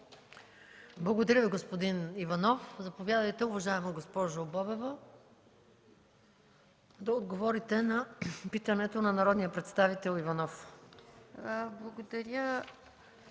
Благодаря Ви, господин Иванов. Заповядайте, уважаема госпожо Бобева, да отговорите на питането на народния представител Иванов. ЗАМЕСТНИК